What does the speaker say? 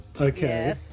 Okay